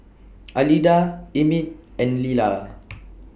Alida Emit and Lila